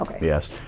yes